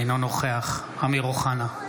אינו נוכח אמיר אוחנה,